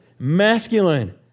masculine